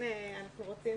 אנחנו מבקשים,